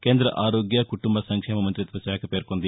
కేంద ఆరోగ్య కుటుంబ సంక్షేమ మంతిత్వ శాఖ పేర్కొంది